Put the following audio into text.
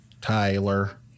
Tyler